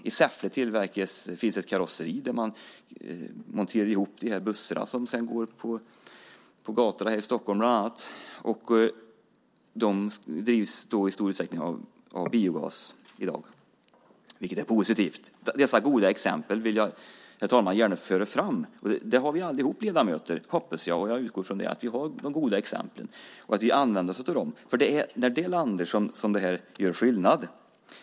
I Säffle finns ett karosseri där man monterar ihop de bussar som sedan går på gatorna, bland annat här i Stockholm. De drivs i stor utsträckning av biogas, vilket är positivt. Dessa goda exempel vill jag, herr talman, gärna föra fram. Jag hoppas att alla vi ledamöter, jag utgår från det, har goda exempel och att vi använder oss av dem. Det är när de landar som det gör skillnad.